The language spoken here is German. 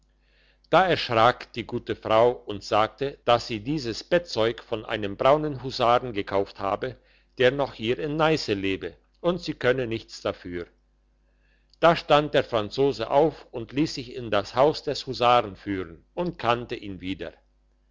da erschrak die gute frau und sagte dass sie dieses bettzeug von einem braunen husaren gekauft habe der noch hier in neisse lebe und sie könne nichts dafür da stand der franzose auf und liess sich in das haus des husaren führen und kannte ihn wieder